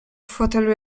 fotelu